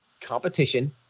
Competition